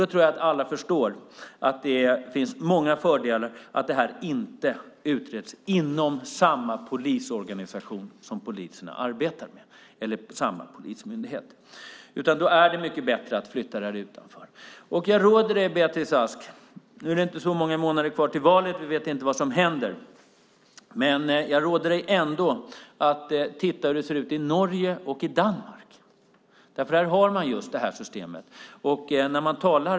Då tror jag att alla förstår att det finns många fördelar med att det inte utreds inom samma polisorganisation som poliserna arbetar i eller samma polismyndighet. Då är det mycket bättre att flytta det utanför. Jag råder dig, Beatrice Ask - nu är det inte så många månader kvar till valet, och vi inte vet vad som händer - att titta hur det ser ut i Norge och Danmark. Där har man det här systemet.